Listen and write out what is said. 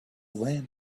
land